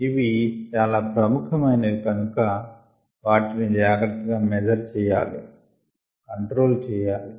ఇవి చాలా ప్రముఖమైనవి కనుక వాటిల్ని జాగ్రత్తగా మెజర్ చెయ్యాలి కంట్రోల్ చెయ్యాలి